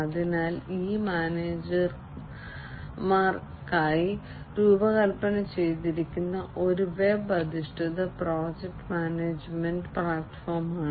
അതിനാൽ ഇത് മാനേജർമാർക്കായി രൂപകൽപ്പന ചെയ്തിരിക്കുന്ന ഒരു വെബ് അധിഷ്ഠിത പ്രോജക്റ്റ് മാനേജുമെന്റ് പ്ലാറ്റ്ഫോമാണ്